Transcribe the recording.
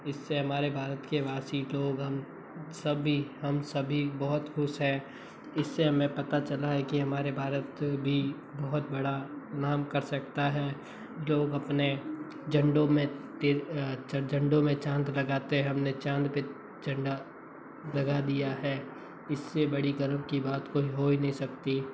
इस से हमारे भारत के वासी लोग हम सभी हम सभी बहुत खुश हैं इस से हमें पता चला है कि हमारे भारत भी बहुत बड़ा नाम कर सकता है लोग अपने झंडो में तेल झंडो में चांद लगाते हैं हम ने चांद पे झंडा लगा दिया है इस से बड़ी गर्व की बात कोई हो ही नी सकती